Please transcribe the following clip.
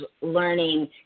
learning